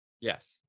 Yes